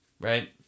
right